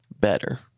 better